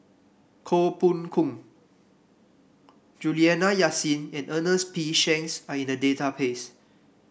Koh Poh Koon Juliana Yasin and Ernest P Shanks are in the database